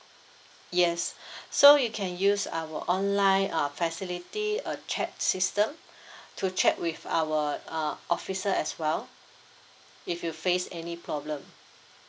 yes so you can use our online uh facility a chat system to check with our uh officer as well if you face any problem